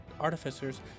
Artificers